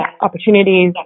opportunities